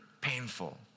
painful